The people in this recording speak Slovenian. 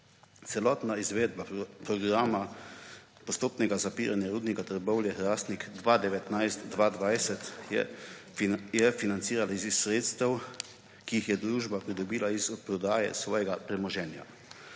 Celotna izvedba programa postopnega zapiranja Rudnika Trbovlje-Hrastnik 2019–2020 je financirana iz sredstev, ki jih je družba pridobila iz odprodaje svojega premoženja,